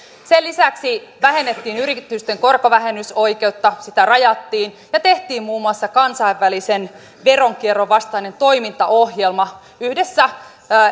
sen lisäksi vähennettiin yritysten korkovähennysoikeutta sitä rajattiin ja tehtiin muun muassa kansainvälisen veronkierron vastainen toimintaohjelma yhdessä